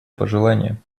пожелание